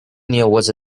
was